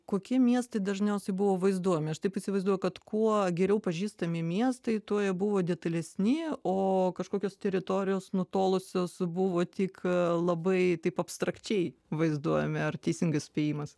kokie miestai dažniausiai buvo vaizduojami aš taip įsivaizduoju kad kuo geriau pažįstami miestai tuo jie buvo detalesni o kažkokios teritorijos nutolusios buvo tik labai taip abstrakčiai vaizduojami ar teisingas spėjimas